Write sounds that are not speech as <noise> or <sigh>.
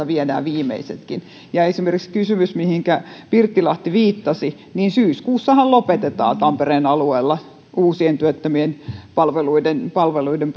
<unintelligible> viedään viimeisetkin ja esimerkiksi kysymys mihinkä pirttilahti viittasi syyskuussahan lopetetaan tampereen alueella uusien työttömien ottaminen palveluiden <unintelligible>